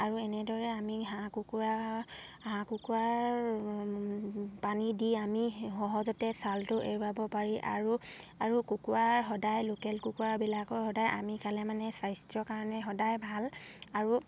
আৰু এনেদৰে আমি হাঁহ কুকুৰা হাঁহ কুকুৰাৰ পানী দি আমি সহজতে ছালটো এৰুবাব পাৰি আৰু আৰু কুকুৰাৰ সদায় লোকেল কুকুৰাবিলাকৰ সদায় আমি খালে মানে স্বাস্থ্যৰ কাৰণে সদায় ভাল আৰু